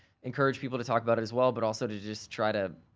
encourage people to talk about it as well, but also to just try to